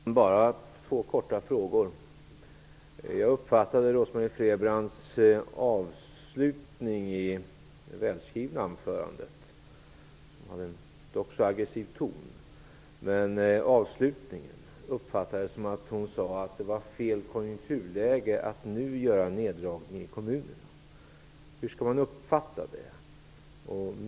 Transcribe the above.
Herr talman! Jag har två korta frågor. Avslutningen av Rose-Marie Frebrans välskrivna anförande -- dock med en aggressiv ton -- uppfattade jag som att hon menar att det nu är fel konjunkturläge för neddragningar i kommunerna. Min första fråga är då: Hur skall det uppfattas?